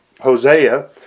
Hosea